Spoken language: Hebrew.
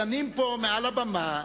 דנים פה מעל הבמה,